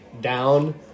down